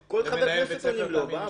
כל חברי כנסת עונים לו.